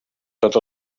tot